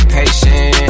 patient